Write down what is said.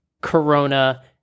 Corona